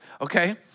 okay